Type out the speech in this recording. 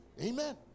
Amen